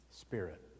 spirit